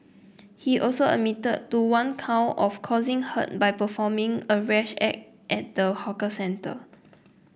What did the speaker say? he also admitted to one count of causing hurt by performing a rash act at the hawker centre